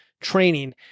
training